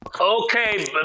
Okay